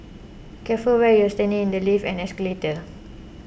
careful where you're standing in the lifts and escalators